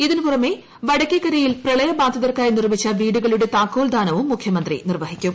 ഇതിനു പുറമെ വടക്കേക്കരയിൽ പ്രളയ ബാധിതർക്കായി നിർമ്മിച്ച വീടുകളുടെ താക്കോൽദാനവും മുഖ്യമന്ത്രി നിർവ്വഹിക്കും